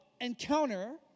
encounter